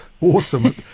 awesome